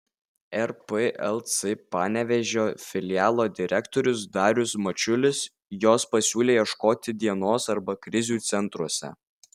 rplc panevėžio filialo direktorius darius mačiulis jos pasiūlė ieškoti dienos arba krizių centruose